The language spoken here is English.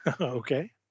Okay